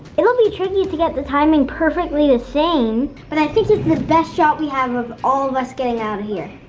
it'll be tricky to get the timing perfectly the same, but i think it's the best shot we have of all of us getting out of here.